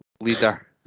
leader